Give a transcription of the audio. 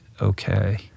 okay